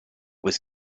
was